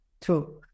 true